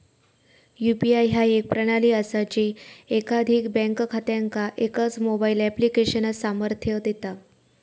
UPI ह्या एक प्रणाली असा जी एकाधिक बँक खात्यांका एकाच मोबाईल ऍप्लिकेशनात सामर्थ्य देता